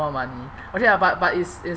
money okay lah but but it's it's